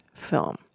film